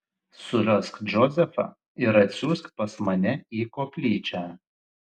surask džozefą ir atsiųsk pas mane į koplyčią